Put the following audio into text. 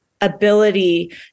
ability